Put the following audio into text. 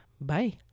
Bye